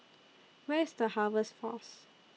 Where IS The Harvest Force